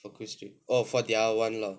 for quiz three oh for their one law